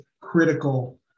critical